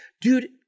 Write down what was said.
Dude